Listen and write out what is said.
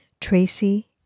Tracy